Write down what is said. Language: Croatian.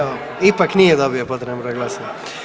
Evo ipak nije dobio potreban broj glasova.